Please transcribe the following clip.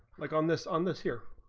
like on this on this year,